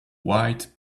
white